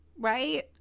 right